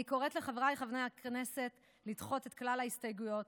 אני קוראת לחבריי חברי הכנסת לדחות את כלל ההסתייגויות